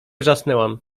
wrzasnęłam